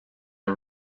are